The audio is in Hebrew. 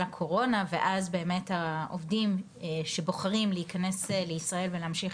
הקורונה ואז באמת העובדים שבוחרים להיכנס לישראל ולהמשיך